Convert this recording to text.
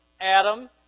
Adam